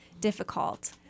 difficult